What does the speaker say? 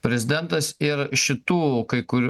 prezidentas ir šitų kai kur